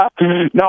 No